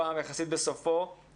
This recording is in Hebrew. הפעם יחסית בסופו.